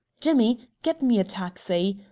jimmy, get me a taxi.